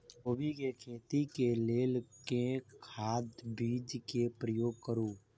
कोबी केँ खेती केँ लेल केँ खाद, बीज केँ प्रयोग करू?